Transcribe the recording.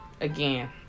again